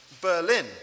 Berlin